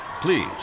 Please